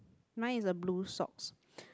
mine is the blue socks